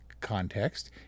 context